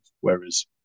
whereas